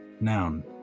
noun